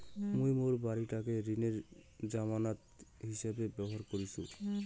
মুই মোর বাড়িটাক ঋণের জামানত হিছাবে ব্যবহার করিসু